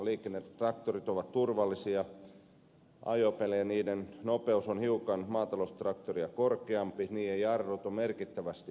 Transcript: liikennetraktorit ovat turvallisia ajopelejä niiden nopeus on hiukan maataloustraktoria korkeampi niiden jarrut ovat merkittävästi paremmat